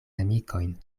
amikojn